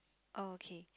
oh okay